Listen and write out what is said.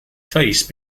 face